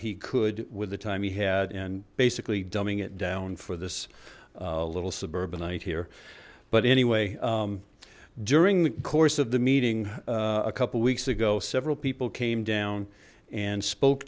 he could with the time he had and basically dumbing it down for this little suburbanite here but anyway during the course of the meeting a couple weeks ago several people came down and spoke